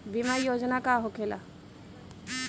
बीमा योजना का होखे ला?